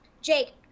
Jake